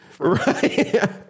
Right